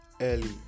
early